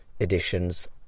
editions